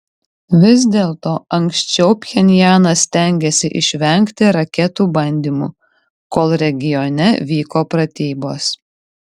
vis dėlto anksčiau pchenjanas stengėsi išvengti raketų bandymų kol regione vyko pratybos